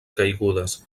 caigudes